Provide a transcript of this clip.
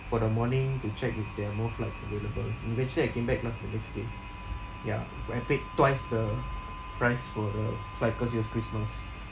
for the morning to check if they have more flights available eventually I came back like the next day ya I paid twice the price for the flight cause it was christmas